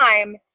time